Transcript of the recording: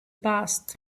passed